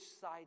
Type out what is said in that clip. side